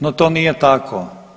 No, to nije tako.